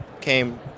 Came